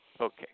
Okay